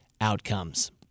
outcomes